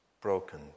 Broken